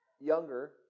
younger